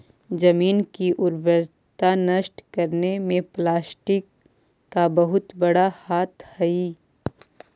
जमीन की उर्वरता नष्ट करने में प्लास्टिक का बहुत बड़ा हाथ हई